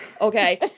Okay